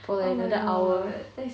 for like another hour eh